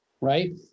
right